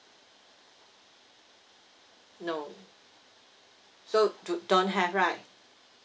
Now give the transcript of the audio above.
no so do don't have right